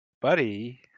Buddy